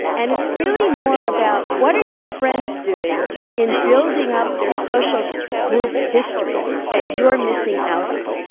and it's really more about what are your friends doing in building up their social group history that you're missing out on.